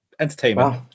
entertainment